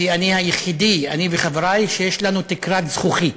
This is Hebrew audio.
כי אני היחידי, אני וחברי, שיש לנו תקרת זכוכית.